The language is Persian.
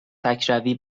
تکروی